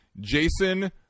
Jason